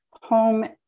home